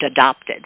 adopted